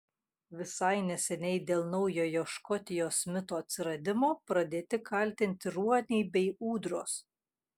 visai neseniai dėl naujojo škotijos mito atsiradimo pradėti kaltinti ruoniai bei ūdros